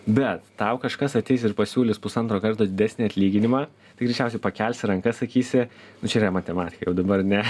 bet tau kažkas ateis ir pasiūlys pusantro karto didesnį atlyginimą tai greičiausiai pakelsi rankas sakysi čia yra matematika jau dabar ne